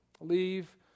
leave